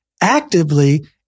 actively